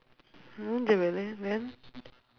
மூஞ்சே பாரு என்ன:muunjsee paaru